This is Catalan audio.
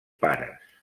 pares